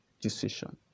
decision